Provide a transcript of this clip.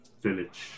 village